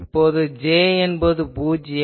இப்பொழுது J என்பது பூஜ்யம்